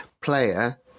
player